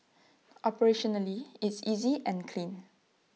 operationally it's easy and clean